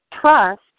Trust